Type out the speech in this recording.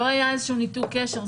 לא היה איזה ניתוק קשר.